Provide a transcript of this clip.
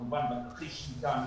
כמובן בתרחיש שליטה,